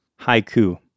Haiku